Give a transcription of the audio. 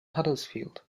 huddersfield